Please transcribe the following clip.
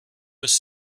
was